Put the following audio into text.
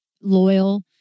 loyal